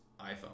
iphone